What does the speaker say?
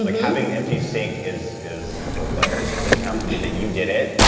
like having an empty sink is is foreplay. it doesn't have to be that you did it,